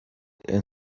and